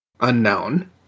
unknown